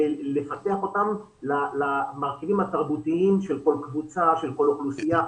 ולפתח אותם למרכיבים התרבותיים של כל אוכלוסייה.